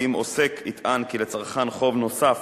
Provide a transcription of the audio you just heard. כי אם עוסק יטען כי לצרכן חוב נוסף